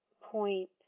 point